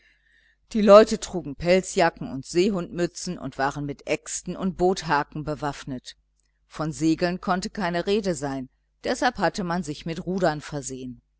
die leute trugen pelzjacken und seehundmützen und waren mit äxten und boothaken bewaffnet von segeln konnte keine rede sein deshalb hatte man sich mit rudern versehen